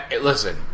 Listen